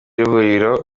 huriro